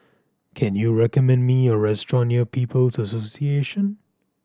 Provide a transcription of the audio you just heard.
can you recommend me a restaurant near People's Association